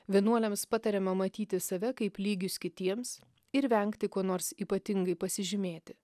vienuoliams patariama matyti save kaip lygius kitiems ir vengti kuo nors ypatingai pasižymėti